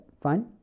Fine